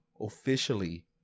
officially